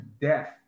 death